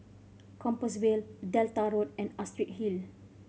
Compassvale Delta Road and Astrid Hill